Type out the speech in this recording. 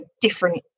different